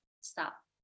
Stop